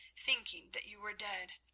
thinking that you were dead.